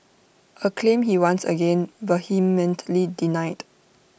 A claim he once again vehemently denied